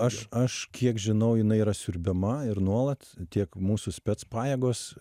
aš aš kiek žinau jinai yra siurbiama ir nuolat tiek mūsų spec pajėgos